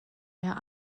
mehr